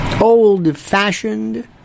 old-fashioned